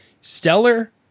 stellar